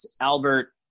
Albert